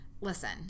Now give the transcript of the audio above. listen